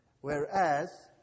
whereas